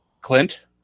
Clint